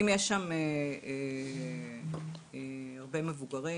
אם יש שם הרבה מבוגרים,